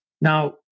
now